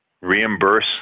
reimburse